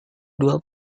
dua